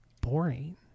boring